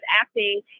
acting